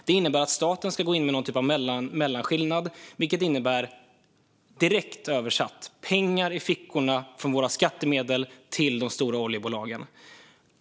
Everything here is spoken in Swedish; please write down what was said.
Det innebär att staten ska gå in med mellanskillnaden, vilket direkt översatt innebär att våra skattemedel hamnar i fickorna på de stora oljebolagen.